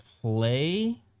play